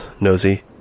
nosy